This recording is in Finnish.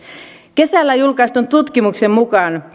kesällä julkaistun tutkimuksen mukaan